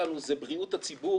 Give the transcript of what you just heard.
היעדים שלנו הם בריאות הציבור,